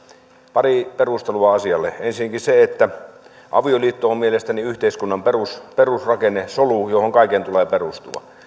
pari perustelua asialle ensinnäkin avioliitto on mielestäni yhteiskunnan perusrakenne solu johon kaiken tulee perustua